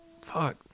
fuck